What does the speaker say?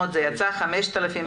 זה בעצם חלוקה בגדול,